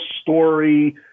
story